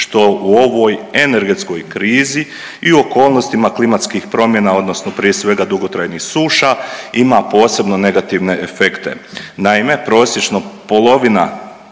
što u ovoj energetskoj krizi i okolnostima klimatskih promjena odnosno prije svega, dugotrajnih suša ima posebno negativne efekte.